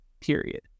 period